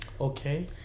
okay